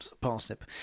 parsnip